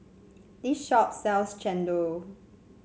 this shop sells chendol